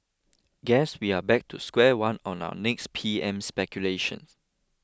guess we are back to square one on our next P M speculation